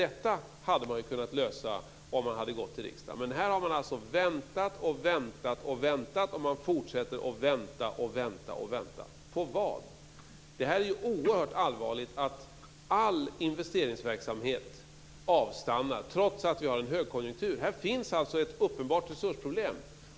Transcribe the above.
Detta hade man kunnat lösa om man hade vänt sig till riksdagen, men man har här väntat och och väntat och fortsätter att vänta. På vad? Det är oerhört allvarligt att all investeringsverksamhet avstannar trots att vi har en högkonjunktur. Här finns alltså ett uppenbart resursproblem.